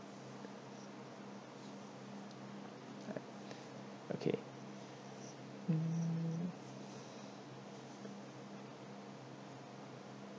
right okay hmm